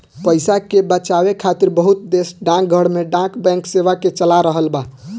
पइसा के बचावे खातिर बहुत देश डाकघर में डाक बैंक सेवा के चला रहल बा